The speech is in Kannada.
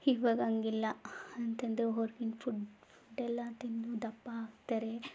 ಈವಾಗ ಹಂಗಿಲ್ಲ ಅಂತ ಅಂದ್ರೆ ಹೊರ್ಗಿನ ಫುಡ್ಡೆಲ್ಲ ತಿಂದು ದಪ್ಪ ಆಗ್ತಾರೆ